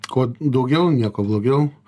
kuo daugiau nieko blogiau